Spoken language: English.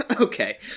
Okay